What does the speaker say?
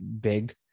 big